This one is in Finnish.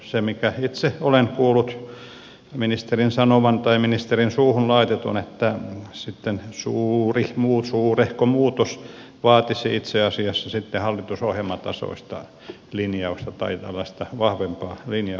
se minkä itse olen kuullut ministerin sanovan tai ministerin suuhun laitetun on että suurehko muutos vaatisi itse asiassa sitten hallitusohjelman tasoista linjausta tai tällaista vahvempaa linjausta